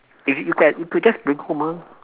if you you can you could just bring home ah